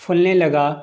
پھولنے لگا